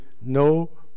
no